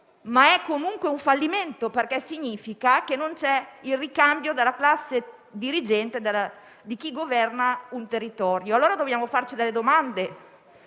è comunque un fallimento, perché significa che non c'è ricambio della classe dirigente, di chi governa un territorio. Dobbiamo quindi farci delle domande.